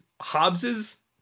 Hobbes's